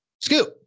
Scoop